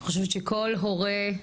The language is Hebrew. אני חושבת שכל הורה,